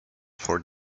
for